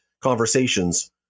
conversations